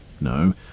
no